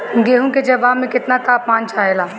गेहू की जमाव में केतना तापमान चाहेला?